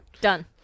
Done